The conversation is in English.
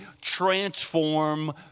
transform